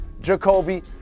Jacoby